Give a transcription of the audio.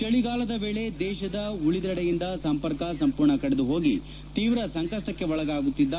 ಚಳಿಗಾಲದ ವೇಳೆ ದೇತದ ಉಳಿದೆಡೆಯಿಂದ ಸಂಪರ್ಕ ಸಂಪೂರ್ಣ ಕಡಿದುಹೋಗಿ ತೀವ್ರ ಸಂಕಷ್ಟಕ್ಕೆ ಒಳಗಾಗುತ್ತಿದ್ದ